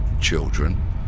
children